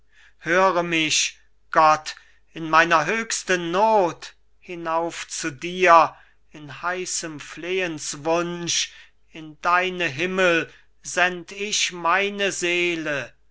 höre mich gott in meiner höchsten not hinauf zu dir in heißem flehenswunsch in deine himmel send ich meine seele